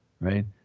right